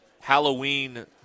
Halloween